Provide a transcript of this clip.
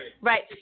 Right